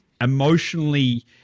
emotionally